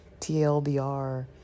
TLDR